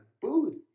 booth